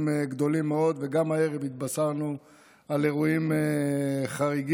גדולים מאוד וגם הערב התבשרנו על אירועים חריגים,